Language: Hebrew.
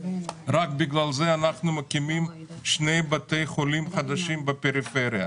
רק בגלל זה אנחנו מקימים שני בתי חולים חדשים בפריפריה.